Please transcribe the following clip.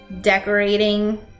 decorating